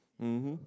mmhmm